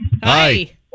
Hi